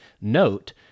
note